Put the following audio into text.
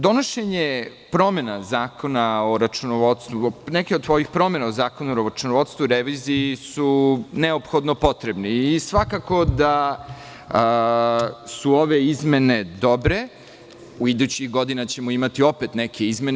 Donošenje promena Zakona o računovodstvu, neke od ovih promena o Zakonu o računovodstvu i reviziji su neophodno potrebne i svakako da su ove izmene dobre i idućih godina ćemo imati opet neke izmene.